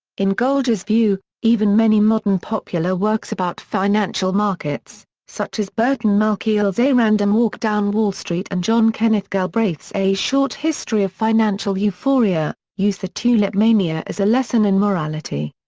in goldgar's view, even many modern popular works about financial markets, such as burton malkiel's a random walk down wall street and john kenneth galbraith's a short history of financial euphoria, used the tulip mania as a lesson in morality.